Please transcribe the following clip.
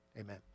amen